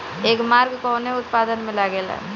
एगमार्क कवने उत्पाद मैं लगेला?